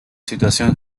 situación